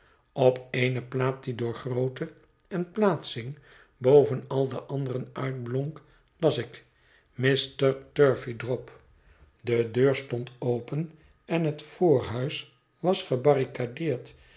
op eene plaat die door grootte en plaatsing boven al de anderen uitblonk las ik mr turveydrop de deur stond open en het voorhuis was gebarricadeerd